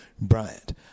Bryant